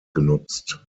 genutzt